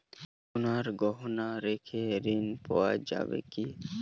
সোনার গহনা রেখে ঋণ পাওয়া যাবে কি?